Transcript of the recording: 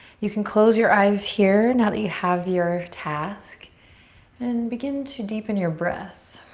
you can close your eyes here now that you have your task and begin to deepen your breath.